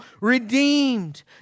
redeemed